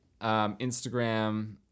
Instagram